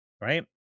right